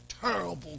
terrible